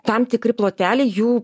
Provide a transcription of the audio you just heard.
tam tikri ploteliai jų